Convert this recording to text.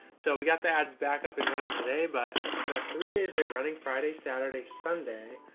so we've got the ads back up and running today, but that's three days. they are running friday, saturday, sunday,